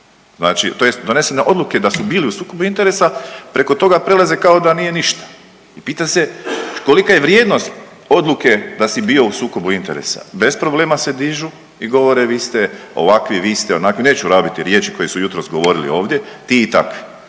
znači tj. donesene odluke da su bili u sukobu interesu, preko toga prelaze kao da nije ništa i pitam se kolika je vrijednost odluke da si bio u sukobu interesa, bez problema se dižu i govore vi ste ovakvi i vi ste onakvi, neću rabiti riječi koje su jutros govorili ovdje ti i takvi.